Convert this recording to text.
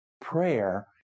Prayer